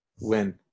Win